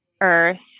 earth